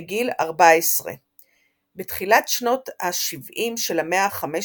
בגיל 14. בתחילת שנות ה-70 של המאה ה-15